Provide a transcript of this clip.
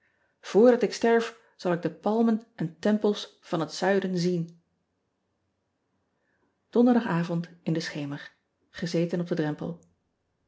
oordat ik sterf zal ik de palmen en tempels van het uiden zien onderdagavond in den schemer ezeten op den drempel